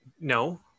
No